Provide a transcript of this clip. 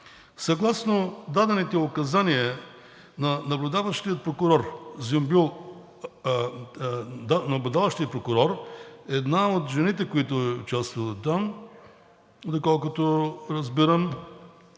Съгласно дадените указания на наблюдаващия прокурор една от жените, която е участвала там – в тази група, доколкото разбирам